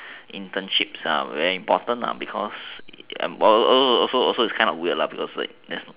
internships are very important lah because a a a also also it's kind of weird because like there's no